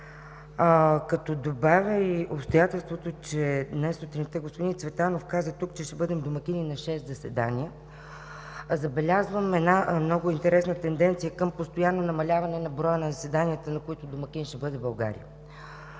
като добавя и обстоятелството, че днес сутринта господин Цветанов каза тук, че ще бъдем домакини на шест заседания, забелязвам една много интересна тенденция към постоянно намаляване на броя на заседанията, на които домакин ще бъде България.